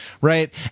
right